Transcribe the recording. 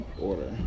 order